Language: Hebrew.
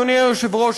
אדוני היושב-ראש,